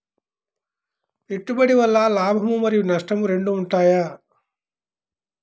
పెట్టుబడి వల్ల లాభం మరియు నష్టం రెండు ఉంటాయా?